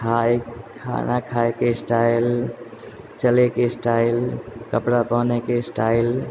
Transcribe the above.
खाय खाना खायके स्टाइल चलैके स्टाइल कपड़ा पहनैके स्टाइल